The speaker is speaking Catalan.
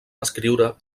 escriure